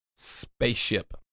Spaceship